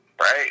Right